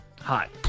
Hot